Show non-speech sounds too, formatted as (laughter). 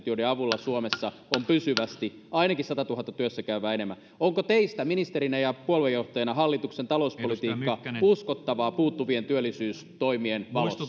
(unintelligible) joiden avulla suomessa on pysyvästi ainakin sadassatuhannessa työssä käyvää enemmän onko teistä ministerinä ja puoluejohtajana hallituksen talouspolitiikka uskottavaa puuttuvien työllisyystoimien valossa (unintelligible)